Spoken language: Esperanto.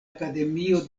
akademio